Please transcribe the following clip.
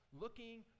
looking